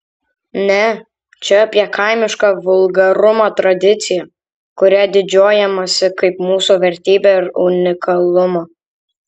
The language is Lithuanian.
ne čia apie kaimišką vulgarumo tradiciją kuria didžiuojamasi kaip mūsų vertybe ir unikalumu